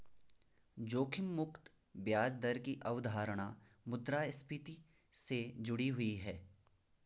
जोखिम मुक्त ब्याज दर की अवधारणा मुद्रास्फति से जुड़ी हुई है